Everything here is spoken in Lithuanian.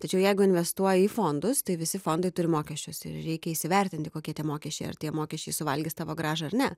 tačiau jeigu investuoji į fondus tai visi fondai turi mokesčius ir reikia įsivertinti kokie tie mokesčiai ar tie mokesčiai suvalgys tavo grąžą ar ne